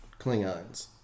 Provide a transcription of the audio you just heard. Klingons